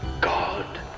god